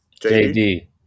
JD